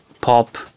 Pop